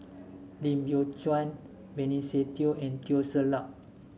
Lim Biow Chuan Benny Se Teo and Teo Ser Luck